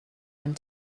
and